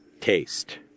taste